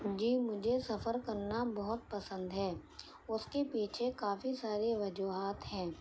جی مجھے سفر کرنا بہت پسند ہے اس کے پیچھے کافی ساری وجوہات ہیں